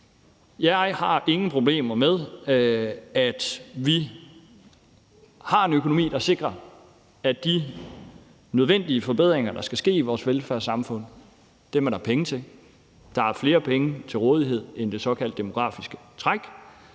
jeg har ingen problemer med, at vi har en økonomi, der sikrer, at de nødvendige forbedringer, der skal ske i vores velfærdssamfund, er der penge til. Der er flere penge til rådighed end det såkaldte demografiske træk.